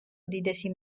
უდიდესი